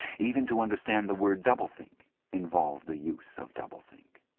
even to understand the word doublethink involved the use of doublethink.